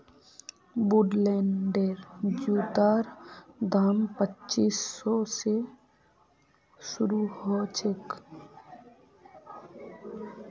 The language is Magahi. वुडलैंडेर जूतार दाम पच्चीस सौ स शुरू ह छेक